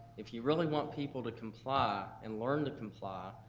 if you really want people to comply and learn to comply,